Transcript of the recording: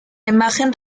imagen